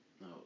no